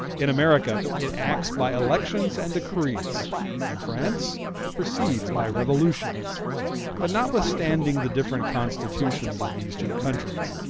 in america, it acts by elections and decrees in france it proceeds by revolutions but notwithstanding the different constitutions of these two countries,